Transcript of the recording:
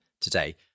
today